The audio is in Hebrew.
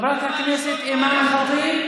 חברת הכנסת אימאן ח'טיב,